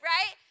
Right